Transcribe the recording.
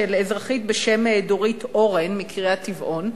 של אזרחית בשם דורית אורן מקריית-טבעון,